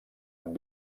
amb